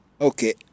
Okay